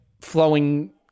flowing